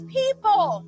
people